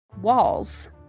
walls